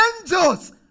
angels